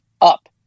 up